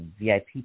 VIP